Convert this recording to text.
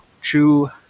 true